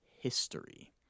history